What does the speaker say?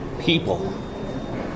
people